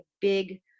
big